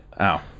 ow